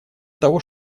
того